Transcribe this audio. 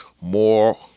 more